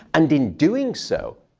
and in doing so,